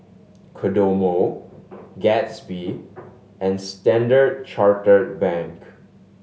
Kodomo Gatsby and Standard Chartered Bank